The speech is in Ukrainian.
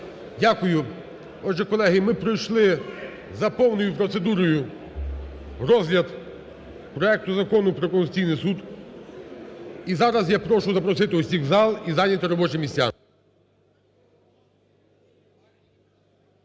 Дякую. Отже, колеги, ми пройшли за повною процедурою розгляд проекту Закону про Конституційний Суд і зараз я прошу запросити всіх у зал і зайняти робочі місця.